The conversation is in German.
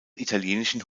italienischen